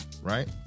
Right